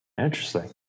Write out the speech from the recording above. Interesting